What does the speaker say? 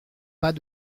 pas